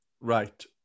Right